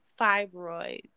fibroids